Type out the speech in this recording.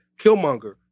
Killmonger